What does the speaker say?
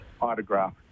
autograph